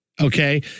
okay